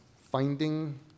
finding